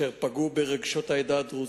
ואשר פגעו ברגשות העדה הדרוזית,